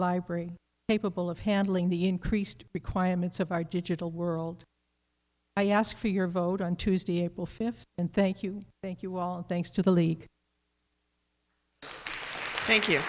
library of handling the increased requirements of our digital world i ask for your vote on tuesday april fifth and thank you thank you thanks to the leak thank you